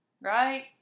Right